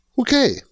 Okay